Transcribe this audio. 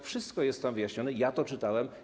Wszystko jest tam wyjaśnione i ja to czytałem.